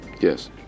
Yes